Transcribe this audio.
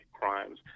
crimes